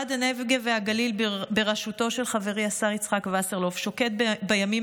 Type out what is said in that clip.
משרד הנגב והגליל בראשותו של חברי הרב יצחק וסרלאוף שוקד בימים